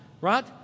right